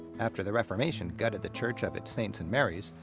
after the reformation gutted the church of its saints and marys,